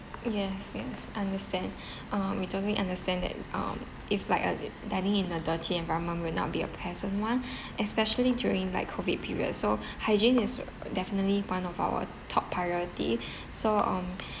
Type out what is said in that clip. yes yes understand uh we totally understand that um if like uh dining in a dirty environment will not be a pleasant one especially during like COVID period so hygiene is definitely one of our top priority so um